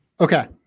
Okay